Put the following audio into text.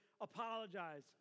Apologize